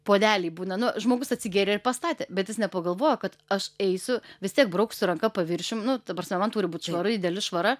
puodelį būna nu žmogus atsigėrė ir pastatė bet jis nepagalvojo kad aš eisiu vis tiek brauksiu ranka paviršium nu ta prasme man turi būt švaru ideali švara